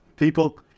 People